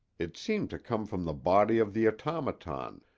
it seemed to come from the body of the automaton,